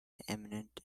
eminent